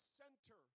center